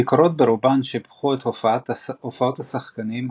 הביקורות ברובן שיבחו את הופעות השחקנים,